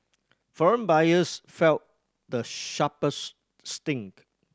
foreign buyers felt the sharpest sting